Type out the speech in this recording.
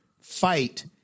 fight